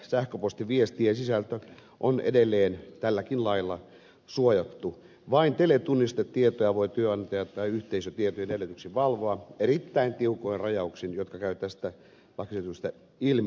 ja sähköpostiviestien sisältö on edelleen tälläkin lailla suojattu vain teletunnistetietoja voi työnantaja tai yhteisö tietyin edellytyksin valvoa erittäin tiukoin rajauksin jotka käyvät tästä lakiesityksestä ilmi